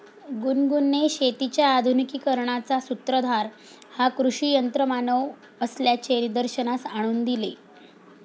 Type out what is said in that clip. गुनगुनने शेतीच्या आधुनिकीकरणाचा सूत्रधार हा कृषी यंत्रमानव असल्याचे निदर्शनास आणून दिले